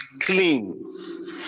clean